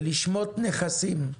ולשמוט נכסים.